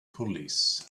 police